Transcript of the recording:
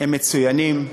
הם מצוינים,